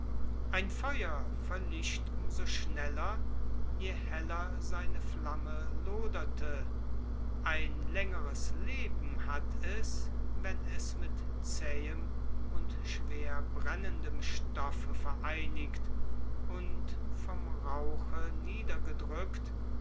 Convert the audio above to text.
ein feuer verlischt um so schneller je heller seine flamme loderte ein längeres leben hat es wenn es mit zähem und schwer brennendem stoffe vereinigt und vom rauche niedergedrückt